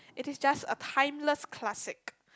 it is just a timeless classic